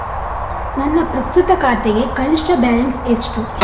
ನನ್ನ ಪ್ರಸ್ತುತ ಖಾತೆಗೆ ಕನಿಷ್ಠ ಬ್ಯಾಲೆನ್ಸ್ ಎಷ್ಟು?